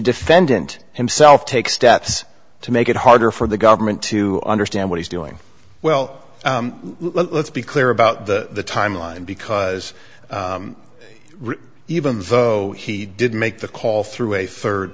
defendant himself take steps to make it harder for the government to understand what he's doing well let's be clear about the timeline because even though he did make the call through a third